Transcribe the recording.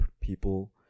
people